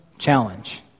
challenge